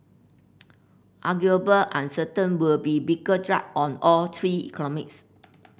arguable uncertain would be bigger drag on all three economies